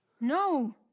No